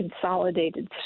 consolidated